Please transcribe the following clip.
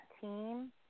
team